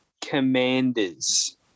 Commanders